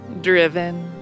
Driven